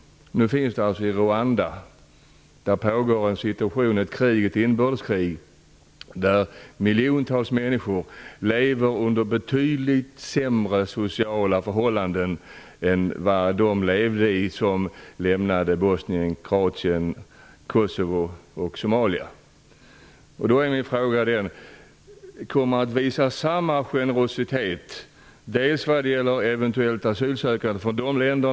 I Rwanda pågår ett inbördeskrig, där miljontals människor lever under betydligt sämre sociala förhållanden än de levde i som lämnade Min fråga är följande: Kommer man att visa samma generositet vad gäller eventuella asylsökande från dessa länder?